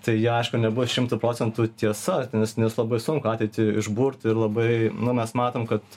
tai aišku nebuvo šimtu procentų tiesa ten nes nes labai sunku ateitį išburt ir labai nu mes matom kad